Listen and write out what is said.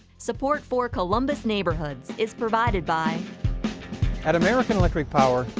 support for columbus neighborhoods is provided by at american electric power,